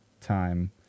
time